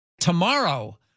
Tomorrow